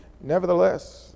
Nevertheless